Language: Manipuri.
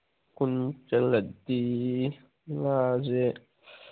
ꯀꯨꯟ ꯆꯜꯂꯗꯤ ꯉꯥꯁꯦ